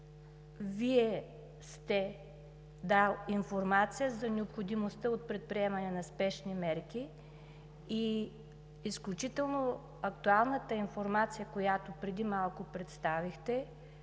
Вие сте дал информация за необходимостта от предприемане на спешни мерки и изключително актуалната информация, която представихте